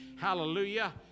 Hallelujah